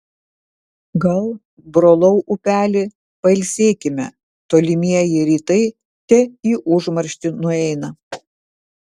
gal brolau upeli pailsėkime tolimieji rytai te į užmarštį nueina